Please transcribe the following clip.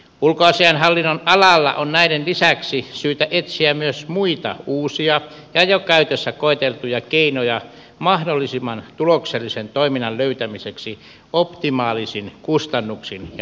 ulkoasiainhallinnon alalla on näiden lisäksi syytä etsiä myös muita uusia ja jo käytössä koeteltuja keinoja mahdollisimman tuloksellisen toiminnan löytämiseksi optimaalisin kustannuksin ja nykyaikaisin välinein